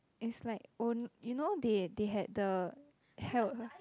it's like oh you know they they had the health